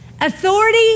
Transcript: authority